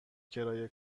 کرایه